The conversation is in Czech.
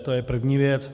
To je první věc.